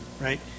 right